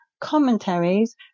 commentaries